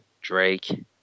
Drake